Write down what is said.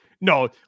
No